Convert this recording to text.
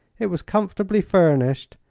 it was comfortably furnished,